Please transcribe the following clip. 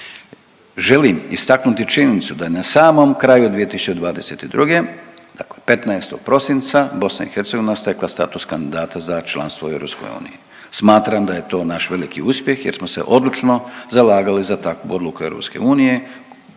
Želim istaknuti činjenicu da je na samom kraju 2022., dakle 15. prosinca BiH stekla status kandidata za članstvo u EU. Smatram da je to naš veliki uspjeh jer smo se odlučno zalagali za takvu odluku EU